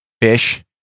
Fish